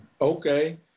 Okay